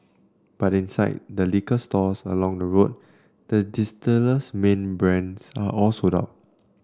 but inside the liquor stores along the road the distiller's main brands are all sold out